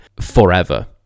forever